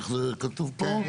איך זה כתוב פה?